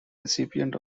recipient